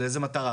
לאיזו מטרה?